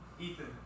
Ethan